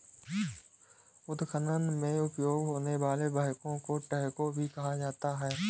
उत्खनन में उपयोग होने वाले बैकहो को ट्रैकहो भी कहा जाता है